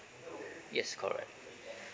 yes correct